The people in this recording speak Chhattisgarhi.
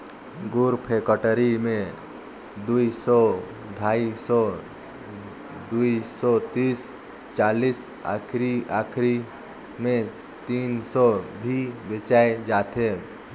गुर फेकटरी मे दुई सौ, ढाई सौ, दुई सौ तीस चालीस आखिरी आखिरी मे तीनो सौ भी बेचाय जाथे